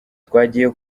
twagiye